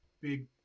big